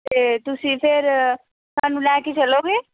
ਤਾਂ ਤੁਸੀਂ ਫਿਰ ਸਾਨੂੰ ਲੈ ਕੇ ਚਲੋਗੇ